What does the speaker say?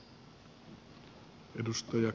arvoisa puhemies